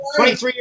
23